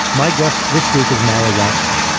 my guest this week is maya wiley,